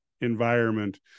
environment